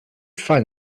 find